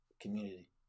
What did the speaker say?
community